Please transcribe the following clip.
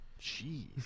Jeez